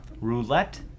roulette